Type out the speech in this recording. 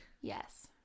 Yes